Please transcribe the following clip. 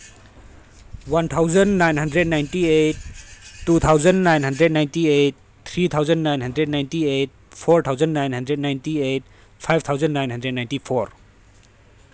one thousand nine hundred ninety eight two thousand nine hundred eighty eight three thousand nine hundred ninety eight four thousand nine hundred ninety eight five thousand nine hundred ninety four